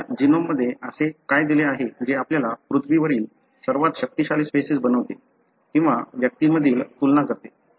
आपल्या जीनोममध्ये असे काय दिले आहे जे आपल्याला पृथ्वीवरील सर्वात शक्तिशाली स्पेसिस बनवते किंवा व्यक्तींमधील तुलना करते